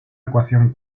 ecuación